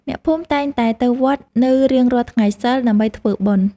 អ្នកភូមិតែងតែទៅវត្តនៅរៀងរាល់ថ្ងៃសីល ដើម្បីធ្វើបុណ្យ។